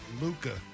Luca